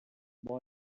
boy